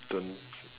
don't